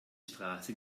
straße